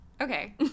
Okay